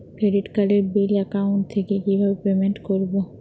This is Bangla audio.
ক্রেডিট কার্ডের বিল অ্যাকাউন্ট থেকে কিভাবে পেমেন্ট করবো?